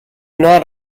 not